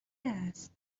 است